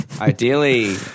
Ideally